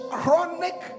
chronic